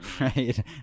Right